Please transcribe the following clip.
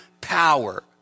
power